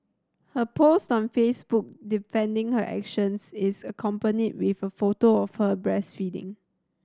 her post on Facebook defending her actions is accompanied with a photo of her breastfeeding